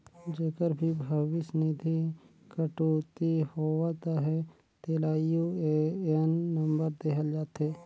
जेकर भी भविस निधि कटउती होवत अहे तेला यू.ए.एन नंबर देहल जाथे